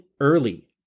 early